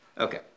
Okay